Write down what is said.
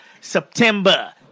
September